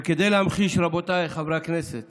וכדי להמחיש, רבותיי חברי הכנסת